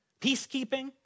Peacekeeping